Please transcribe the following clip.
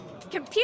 Computer